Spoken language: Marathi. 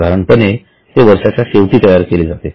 साधारणपणे ते वर्षाच्या शेवटी तयार केले जाते